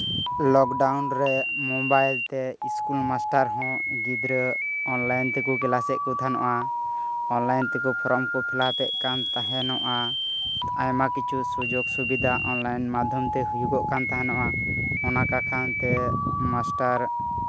ᱞᱚᱠ ᱰᱟᱣᱩᱱᱨᱮ ᱢᱳᱵᱟᱭᱤᱞ ᱛᱮ school master ᱦᱚᱸ ᱜᱤᱫᱽᱨᱟᱹ ᱚᱱᱞᱟᱭᱤᱱ ᱛᱮᱠᱚ ᱠᱮᱞᱟᱥ ᱮᱫ ᱠᱚ ᱛᱟᱦᱮᱱᱟ ᱚᱱᱞᱟᱭᱤᱱ ᱛᱮᱠᱚ ᱯᱷᱚᱨᱚᱢ ᱠᱚ ᱯᱷᱤᱞᱟᱯ ᱮᱫ ᱠᱟᱱ ᱛᱟᱦᱮᱱᱚᱜᱼᱟ ᱟᱭᱢᱟ ᱠᱤᱪᱷᱩ ᱥᱩᱡᱳᱜᱽ ᱥᱩᱵᱫᱷᱟ ᱚᱱᱞᱟᱭᱤᱱ ᱢᱟᱫᱫᱷᱚᱢ ᱛᱮ ᱦᱩᱭᱩᱜᱚ ᱠᱟᱱ ᱛᱟᱦᱮᱱᱚᱜᱼᱟ ᱚᱱᱠᱟ ᱠᱷᱟᱱ ᱛᱮ ᱢᱟᱥᱴᱟᱨ